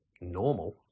normal